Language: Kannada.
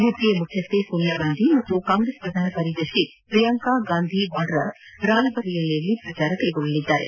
ಯುಪಿಎ ಮುಖ್ಯಸ್ಥೆ ಸೋನಿಯಾ ಗಾಂಧಿ ಹಾಗೂ ಕಾಂಗ್ರೆಸ್ ಪ್ರಧಾನ ಕಾರ್ಯದರ್ಶಿ ಪ್ರಿಯಾಂಕಾ ಗಾಂಧಿ ವಾದ್ರಾ ರಾಯ್ಬರೇಲಿಯಲ್ಲಿ ಪ್ರಚಾರ ಕೈಗೊಳ್ಳಲಿದ್ದಾರೆ